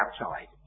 outside